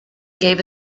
gave